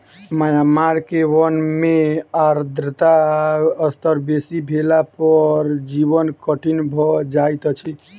Myanmar के वन में आर्द्रता स्तर बेसी भेला पर जीवन कठिन भअ जाइत अछि